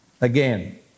again